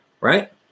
right